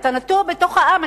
אתה נטוע בתוך העם,